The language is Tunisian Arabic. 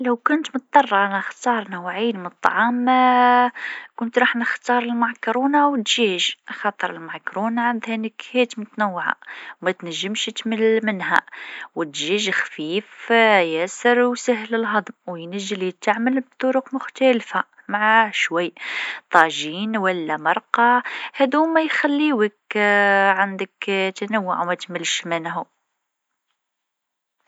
نختار الكسكس والدجاج. الكسكس أكلة تقليدية ومعروفة، ودائما نحبها. أما الدجاج، سهل التحضير ويعطي طاقة. مع هالنوعين نقدر نعمل وصفات متنوعة، وما نملّش منهم.